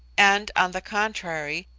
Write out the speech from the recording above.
and, on the contrary,